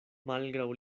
malgraŭ